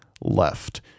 left